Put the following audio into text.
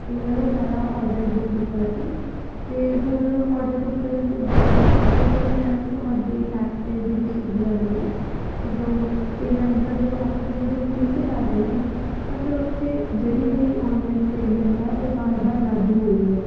ਇਹਨਾਂ ਦਾ ਸਾਰਾ ਔਡਰ ਬੁੱਕ ਕੀਤਾ ਸੀ ਅਤੇ ਹੁਣ ਔਡਰ ਬੁੱਕ ਕਰਨ ਤੋਂ ਬਾਅਦ ਜਦੋਂ ਮੈਂ ਤੁਹਾਡੀ ਐਪ 'ਤੇ ਜਿਹੜੀ ਸਵਿਗੀ ਵਾਲੀ ਹੈ ਜਦੋਂ ਪੇਮੈਂਟ ਦਾ ਜਦੋਂ ਆਪਸ਼ਨ ਜਦੋਂ ਕਲਿੱਕ ਕਰ ਰਹੇ ਹਾਂ ਤਾਂ ਫਿਰ ਉੱਥੇ ਜਿਹੜੀ ਮੇਰੀ ਔਨਲਾਈਨ ਪੇਮੈਂਟ ਹੈ ਉਹ ਵਾਰ ਵਾਰ ਰੱਦ ਹੋ ਰਹੀ ਹੈ